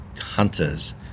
hunters